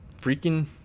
Freaking